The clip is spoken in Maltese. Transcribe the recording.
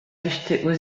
tixtiequ